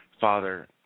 Father